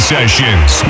Sessions